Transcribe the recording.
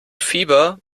fieber